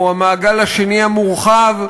או המעגל השני המורחב.